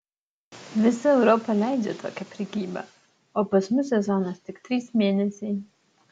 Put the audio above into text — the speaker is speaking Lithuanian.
visa europa leidžią tokią prekybą o pas mus sezonas tik trys mėnesiai